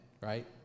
right